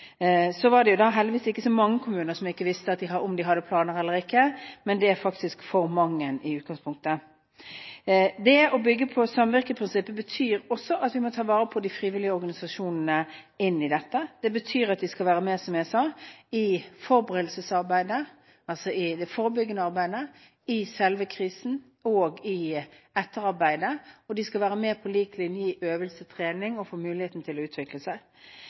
Det var heldigvis ikke så mange kommuner som ikke visste om de hadde planer eller ikke, men det var faktisk for mange i utgangspunktet. Det å bygge på samvirkeprinsippet betyr også at vi må ta vare på de frivillige organisasjonene i dette. Det betyr at de skal være med, som jeg sa, i forberedelsesarbeidet – altså i det forebyggende arbeidet, i selve krisen og i etterarbeidet. De skal være med på lik linje i øvelse og trening og få muligheten til å utvikle seg.